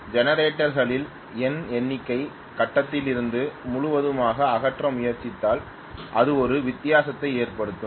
generator களின் N எண்ணிக்கையை கட்டத்திலிருந்து முழுவதுமாக அகற்ற முயற்சித்தால் அது ஒரு வித்தியாசத்தை ஏற்படுத்தும்